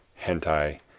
Hentai